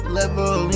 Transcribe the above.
level